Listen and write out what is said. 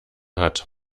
hat